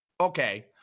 Okay